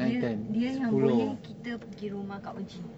dia dia yang boleh kita pergi rumah kak ogi